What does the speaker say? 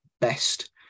best